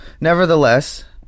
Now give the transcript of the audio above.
nevertheless